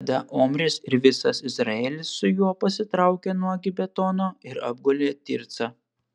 tada omris ir visas izraelis su juo pasitraukė nuo gibetono ir apgulė tircą